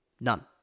None